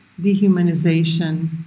dehumanization